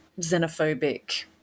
xenophobic